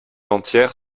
entière